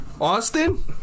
Austin